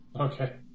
Okay